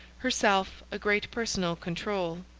herself, a great personal control.